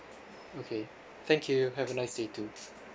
okay thank you have a nice day too